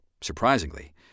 surprisingly